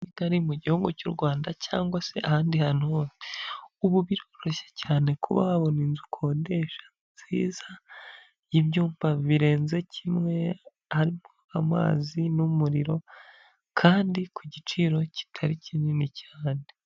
Kigali mu gihugu cy'u Rwanda, cyangwa se ahandi hantu hose, ubu biroroshye cyane kuba wabona inzu ukodesha nziza, y'ibyumba birenze kimwe, harimo amazi n'umuriro, kandi ku giciro kitari kinini cyane.